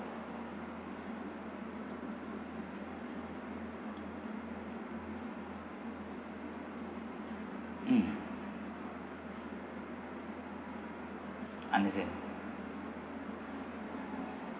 mm understand